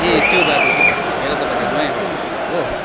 ए त्यो बाटो चाहिँ भत्केर तपाईँले यो नयाँ बाटो लानुभएको